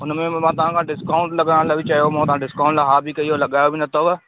हुन में मां तव्हां खे डिस्काउंट लॻाइण लाइ बि चयोमांव तव्हां डिस्काउंट लाइ हा बि कई ऐं लॻायो बि न अथव